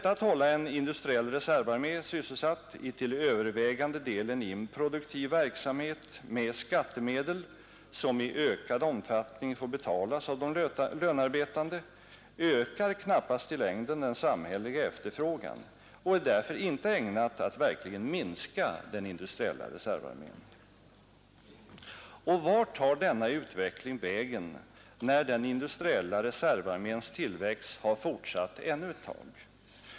Att hålla en industriell reservarmé sysselsatt i till övervägande delen improduktiv verksamhet med skattemedel, som i växande omfattning får betalas av de lönearbetande, ökar knappast i längden den samhälleliga efterfrågan och är därför inte ägnat att verkligen minska den industriella reservarmén. Och vart tar denna utveckling vägen, när den industriella reservarméns tillväxt har fortsatt än ett tag?